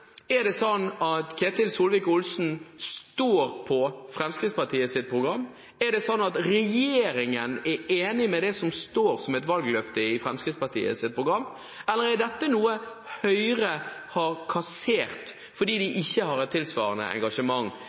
Er det sånn at Ketil Solvik-Olsen står på Fremskrittspartiets program? Er det sånn at regjeringen er enig i det som står som et valgløfte i Fremskrittspartiets program, eller er dette noe Høyre har kassert fordi de ikke har et tilsvarende engasjement?